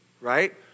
right